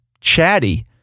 chatty